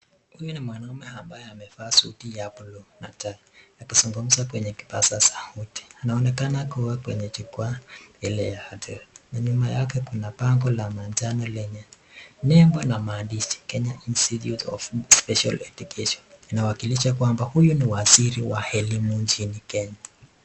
Huyu ni mwanamume ambaye amevaa suti ya blue na tai akizungumza kwenye kipaza sauti. Anaonekana kuwa kwenye jukwaa ile ya hotel na nyuma yake kuna pango la manjano lenye nembo na maandishi Kenya Institute of Special Education . Inawakilisha kwamba huyu ni waziri wa elimu nchini Kenya.